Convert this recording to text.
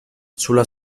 sulla